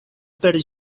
per